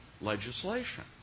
legislation